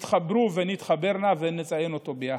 התחברו ונתחבר נא ונציין אותו ביחד.